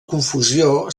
confusió